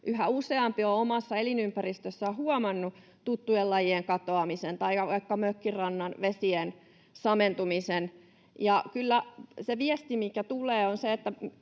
Yhä useampi on omassa elinympäristössään huomannut tuttujen lajien katoamisen tai vaikka mökkirannan vesien samentumisen. Kyllä se viesti, mikä tulee, on se, että